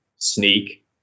Sneak